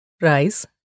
rice